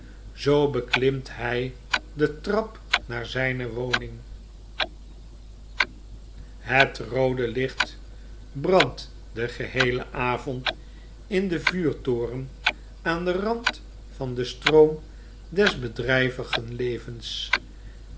zoo beklimt hi de trap naar zflne woning het roode licht brandt den geheelen avond in den vuurtoren aan den rand van den stroom des bedrijvigen levens